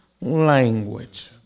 language